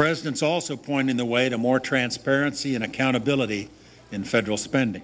presidents also pointing the way to more transparency and accountability in federal spending